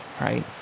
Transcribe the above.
right